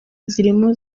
zirimo